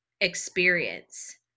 experience